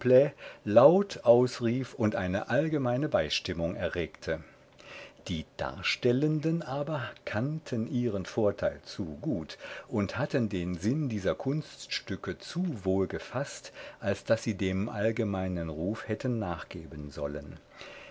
laut ausrief und eine allgemeine beistimmung erregte die darstellenden aber kannten ihren vorteil zu gut und hatten den sinn dieser kunststücke zu wohl gefaßt als daß sie dem allgemeinen ruf hätten nachgeben sollen